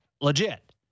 legit